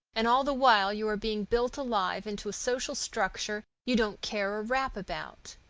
and all the while you are being built alive into a social structure you don't care a rap about.